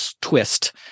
twist